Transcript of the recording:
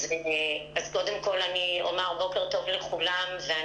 שבאמת איש מאיתנו לא הכיר בעבר, וגם